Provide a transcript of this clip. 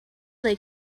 they